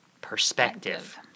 perspective